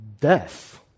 death